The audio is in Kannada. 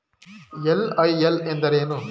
ಎಲ್.ಐ.ಎಲ್ ಎಂದರೇನು?